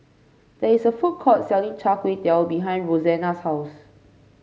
there is a food court selling Char Kway Teow behind Roxanna's house